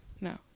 no